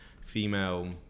female